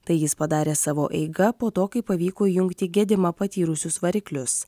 tai jis padarė savo eiga po to kai pavyko įjungti gedimą patyrusius variklius